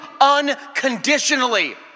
unconditionally